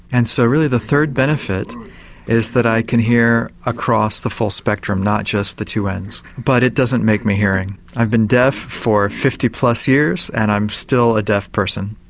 and so really the third benefit is that i can hear across the full spectrum, not just the two ends. but it doesn't make me hearing, i've been deaf for fifty plus years and i'm still a deaf person,